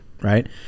right